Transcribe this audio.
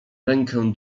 rękę